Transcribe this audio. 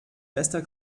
bester